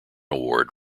award